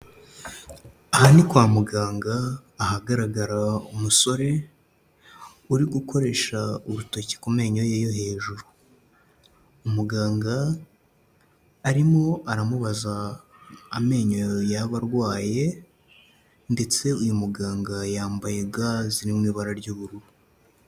Aha ni kwa muganga ahagaragara umusore uri gukoresha urutoki ku menyo ye yo hejuru. Umuganga arimo aramubaza amenyo yaba arwaye ndetse uyu muganga yambaye ga ziri mu ibara ry'ubururu.